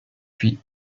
puis